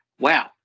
wow